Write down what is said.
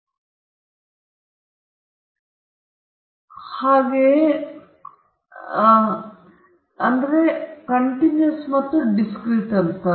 ಇದು ಪ್ಲಸ್ ಅನಂತತೆಯಿದ್ದರೆ ಇದು ಸಂಭವನೀಯತೆಗಳ ಒಟ್ಟಾರೆ ಮೊತ್ತ ಅಥವಾ ಅದು ಅನಂತಕ್ಕಿಂತಲೂ ಕಡಿಮೆ ಮೌಲ್ಯದಲ್ಲಿದ್ದರೆ ಅದು ಆ ಮೌಲ್ಯ z ಗೆ ಸಂಭವನೀಯತೆಗಳ ಮೊತ್ತವಾಗಿರುತ್ತದೆ